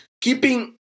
keeping